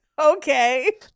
okay